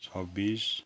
छब्बिस